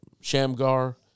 Shamgar